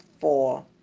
four